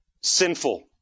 Sinful